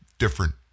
different